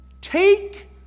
take